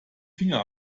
finger